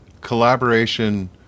collaboration